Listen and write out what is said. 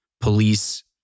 police